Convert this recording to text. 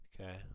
Okay